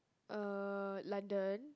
uh London